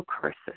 curses